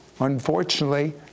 unfortunately